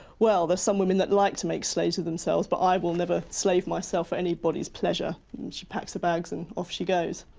well, there's some women that like to make slaves of themselves, but i will never slave myself for anybody's pleasure. and she packs her bags and off she goes.